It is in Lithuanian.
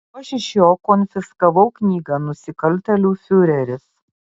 o aš iš jo konfiskavau knygą nusikaltėlių fiureris